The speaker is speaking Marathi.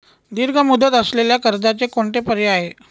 दीर्घ मुदत असलेल्या कर्जाचे कोणते पर्याय आहे?